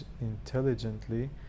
intelligently